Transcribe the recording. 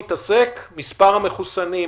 מספר המחוסנים,